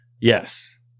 Yes